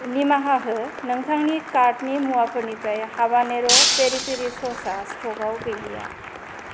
निमाहा हो नोंथांनि कार्टनि मुवाफोरनिफ्राय हाबानेर' पेरि पेरि ससआ स्टकआव गैलिया